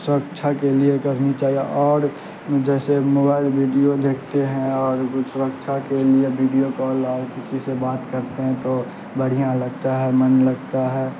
سرکچھا کے لیے کرنی چاہیے اور جیسے موبائل ویڈیو دیکھتے ہیں اور سرکچھا کے لیے ویڈیو کال اور کسی سے بات کرتے ہیں تو بڑھیا لگتا ہے من لگتا ہے